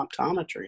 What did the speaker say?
optometry